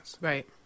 Right